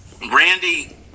randy